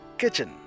kitchen